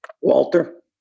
Walter